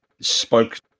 spoke